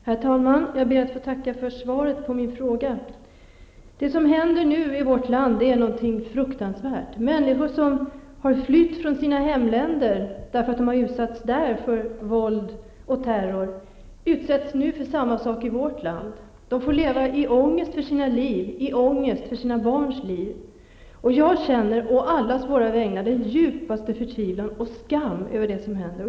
Herr talman! Jag ber att få tacka för svaret på min fråga. Det som händer nu i vårt land är fruktansvärt. Människor som flytt från sina hemländer därför att de där utsatts för våld och terror utsätts nu för samma saker i vårt land. De får leva i ångest för sina egna och för sina barns liv. Liksom alla andra känner jag den djupaste förtvivlan och skam över det som händer.